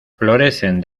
florecen